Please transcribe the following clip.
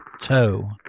toe